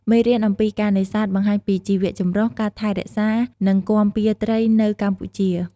មេរៀនអំពីការនេសាទបង្ហាញពីជីវចម្រុះ ការថែរក្សា និងគាំពារត្រីនៅកម្ពុជា។